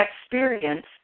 experience